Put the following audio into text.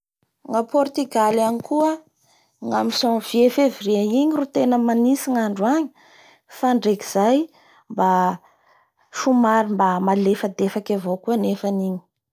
Nga portigaly agny koa ny amin'ny janvier fevrier igny ro tena manintsy ny andro agny fa ndreky zay somary mba malefadefaky avao koa anefany io